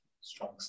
Strong